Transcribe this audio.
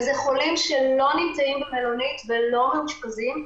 ואלה חולים שלא נמצאים במלונית ולא מאושפזים,